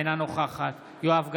אינה נוכחת יואב גלנט,